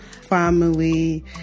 family